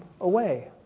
away